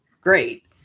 Great